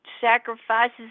sacrifices